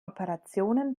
operationen